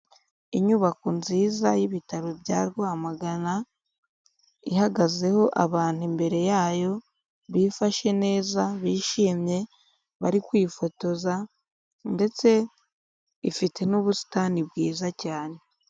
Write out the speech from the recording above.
Inyubako nziza y'ibitaro bya Rwamagana ihagazeho abantu imbere yayo bifashe neza bishimye bari kwifotoza ndetse ifite n'ubusitani bwiza cyane.